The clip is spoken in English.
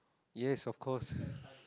yes of course